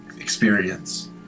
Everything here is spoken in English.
experience